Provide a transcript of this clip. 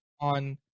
on